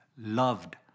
loved